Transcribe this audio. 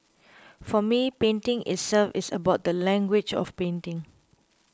for me painting itself is about the language of painting